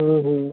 হুম হুম